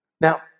Now